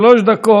שלוש דקות.